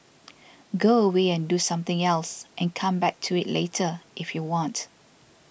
go away and do something else and come back to it later if you want